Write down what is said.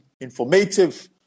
informative